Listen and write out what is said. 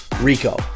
Rico